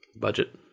budget